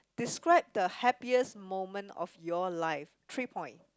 describe the happiest moment of your life three point